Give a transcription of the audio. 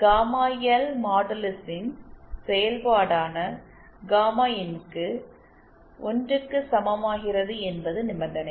எனவே gamma L மாடுலஸின் செயல்பாடான காமா இன் க்கு1 க்கு சமமாகிறது என்பது நிபந்தனை